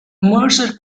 mercer